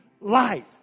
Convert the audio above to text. light